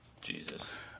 jesus